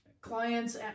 clients